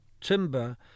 timber